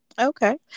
Okay